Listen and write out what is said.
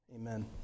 Amen